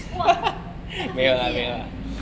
!wah! 搭飞机啊